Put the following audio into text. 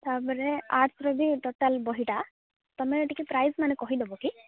ତା ପରେ ଆର୍ଟସ୍ର ବି ଟୋଟାଲ୍ ବହିଟା ତମେ ଟିକେ ପ୍ରାଇସ୍ମାନେ କହି ଦେବ କି